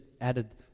added